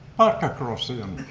park across the um